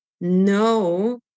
no